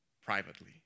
privately